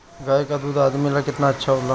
गाय का दूध आदमी ला कितना अच्छा होला?